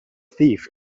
thief